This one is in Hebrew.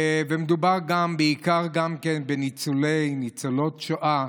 מדובר בעיקר בניצולי ובניצולות שואה.